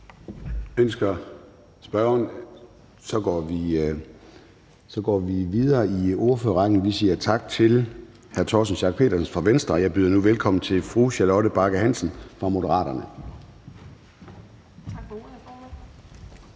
(Søren Gade): Vi går videre i ordførerrækken. Vi siger tak til hr. Torsten Schack Pedersen fra Venstre, og jeg byder nu velkommen til fru Charlotte Bagge Hansen fra Moderaterne. Kl.